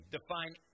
define